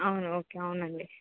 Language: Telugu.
అవును ఓకే అవునండి